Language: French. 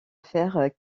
fer